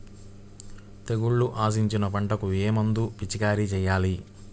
తెగుళ్లు ఆశించిన పంటలకు ఏ మందు పిచికారీ చేయాలి?